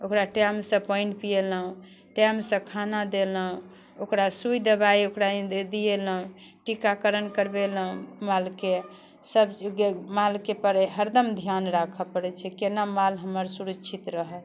ओकरा टाइमसँ पानि पिएलहुँ टाइमसँ खाना देलहुँ ओकरा सुइ दवाइ ओकरा दिएलहुँ टीकाकरण करबेलहुँ मालके सब मालके पर हरदम धिआन राखऽ पड़ै छै कोना माल हमर सुरक्षित रहत